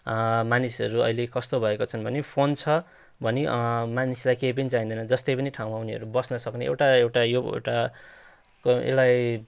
मानिसहरू अहिले कस्तो भएको छन् भने फोन छ भने मानिसलाई केही पनि चाहिँदैन जस्तै पनि ठाउँमा उनीहरू बस्नसक्ने एउटा एउटा यो एउटा को यसलाई